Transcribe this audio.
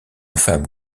femme